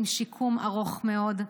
עם שיקום ארוך מאוד.